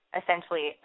essentially